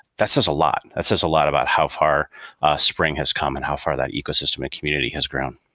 that's says a lot. that says a lot about how far spring has come and how far that ecosystem and community has grown